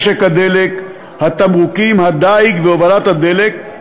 משק הדלק, התמרוקים, הדיג והובלת הדלק,